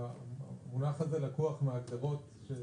המונח הזה לקוח מההגדרות של